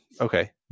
Okay